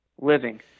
living